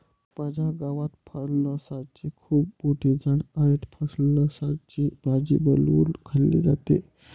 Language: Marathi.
माझ्या गावात फणसाची खूप मोठी झाडं आहेत, फणसाची भाजी बनवून खाल्ली जाते